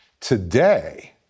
Today